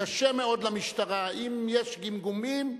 קשה מאוד למשטרה, אם יש גמגומים.